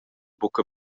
buca